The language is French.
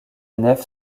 nef